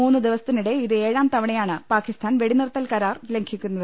മൂന്ന് ദിവസത്തിനിടെ ഇത് ഏഴാം തവണയാണ് പാക്കിസ്ഥാൻ വെടി നിർത്തൽ കരാർ ലംഘിക്കുന്നത്